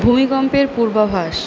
ভূমিকম্পের পূর্বাভাস